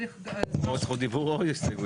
או זכות דיבור או הסתייגויות.